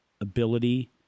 ability